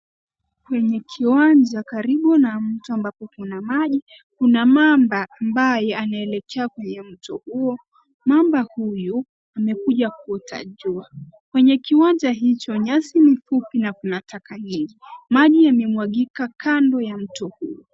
Kwenye kiwanja karibu na mto ambapo kuna majil, kuna mamba ambaye anaelekea kwenye mto huo. Mamba huyu amekuja kuota jua. Kwenye kiwanja hicho nyasi mfupi na kuna taka nyingi, maji yamemwagika kando ya mto huu.